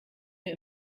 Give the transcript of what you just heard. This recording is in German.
mir